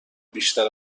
بیشتر